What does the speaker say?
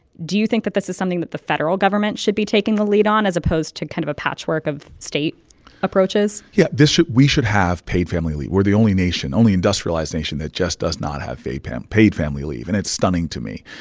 do you think that this is something that the federal government should be taking the lead on as opposed to kind of a patchwork of state approaches? yeah. this we should have paid family leave. we're the only nation only industrialized nation that just does not have paid paid family leave. and it's stunning to me.